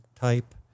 type